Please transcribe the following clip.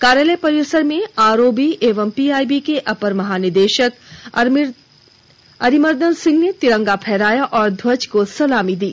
कार्यालय परिसर में आरओबी एवं पीआईबी के अपर महानिदेशक अरिमर्दन सिंह ने तिरंगा फहराया और ध्वज को सलामी दी